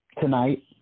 tonight